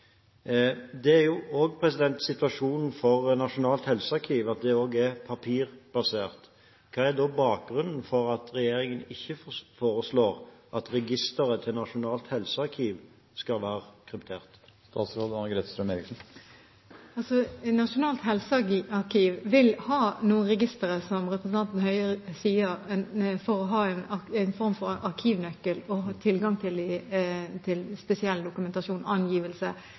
Det er jo en av grunnene til at regjeringen går inn for at kravet om kryptering kun skal gjelde registre. Det er også situasjonen for nasjonalt helsearkiv, at det er papirbasert. Hva er da bakgrunnen for at regjeringen ikke foreslår at registeret til nasjonalt helsearkiv skal være kryptert? Nasjonalt helsearkiv vil ha noen registre, som representanten Høie sier, med en form for arkivnøkkel og tilgang til spesiell dokumentasjon, angivelse